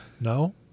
No